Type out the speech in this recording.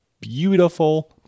beautiful